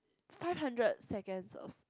Five Hundred Seconds of